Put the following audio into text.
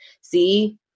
see